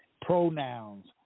pronouns